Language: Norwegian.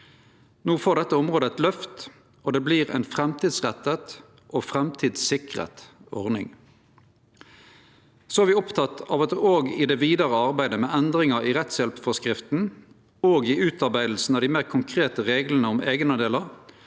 No får dette området eit løft, og det vert ei framtidsretta og framtidssikra ordning. Så er me opptekne av at ein i det vidare arbeidet med endringar i rettshjelpsforskrifta, og i utarbeidinga av dei meir konkrete reglane om eigenandelar,